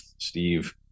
Steve